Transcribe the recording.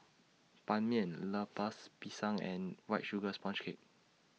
Ban Mian Lempers Pisang and White Sugar Sponge Cake